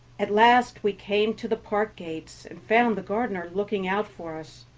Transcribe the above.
at last we came to the park gates and found the gardener looking out for us.